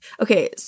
Okay